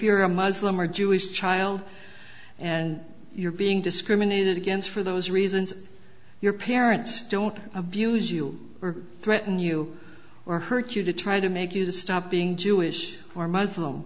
you're a muslim or jewish child and you're being discriminated against for those reasons your parents don't abuse you or threaten you or hurt you to try to make you stop being jewish or muslim